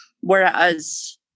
Whereas